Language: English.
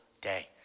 day